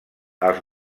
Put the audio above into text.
els